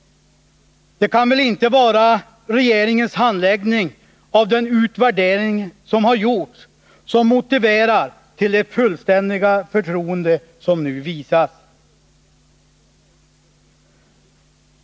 Det kan väl inte vara regeringens handläggning av den gjorda utvärderingen som motiverar det fullständiga förtroende som nu visas.